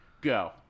go